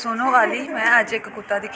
सुनो अली में अज्ज इक कुत्ता दिक्खेआ